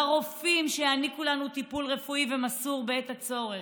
לרופאים שיעניקו לנו טיפול רפואי ומסור בעת הצורך.